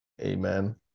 Amen